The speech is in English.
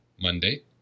Monday